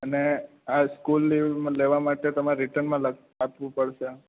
અને આ school leave લેવા માટે તમાર રિટનમાં આપવું પડશે